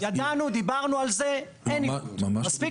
ידענו, דיברנו על זה, אין עיוות.